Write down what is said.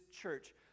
church